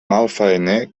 malfaener